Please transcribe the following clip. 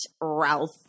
Ralph